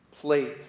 plate